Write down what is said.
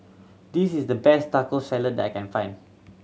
this is the best Taco Salad I can find